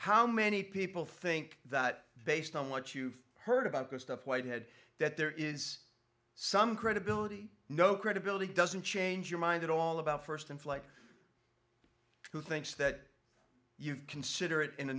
how many people think that based on what you've heard about this stuff whitehead that there is some credibility no credibility doesn't change your mind at all about first inflight who thinks that you consider it in a